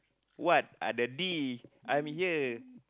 what are the D I'm here